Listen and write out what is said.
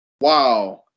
wow